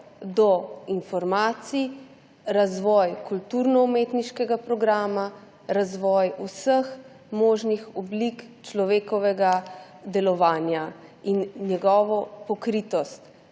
do informacij, razvoj kulturno-umetniškega programa, razvoj vseh možnih oblik človekovega delovanja in njegovo pokritost.